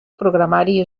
programari